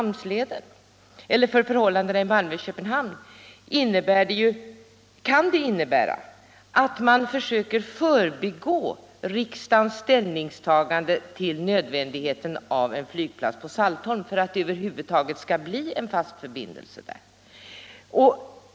Men för förhållandena i Malmö och Köpenhamn kan det innebära att man försöker förbigå riksdagens uttalande om nödvändigheten av en flygplats på Saltholm för att en fast förbindelse mellan Köpenhamn och Malmö över huvud taget skulle komma till stånd.